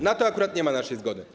Na to akurat nie ma naszej zgody.